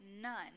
none